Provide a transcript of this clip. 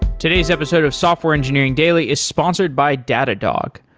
today's episode of software engineering daily is sponsored by datadog.